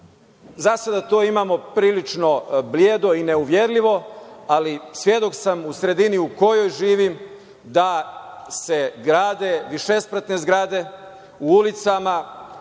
Za sada to imamo prilično bledo i neuverljivo, ali svedok sam u sredini u kojoj živim da se grade višespratne zgrade u ulicama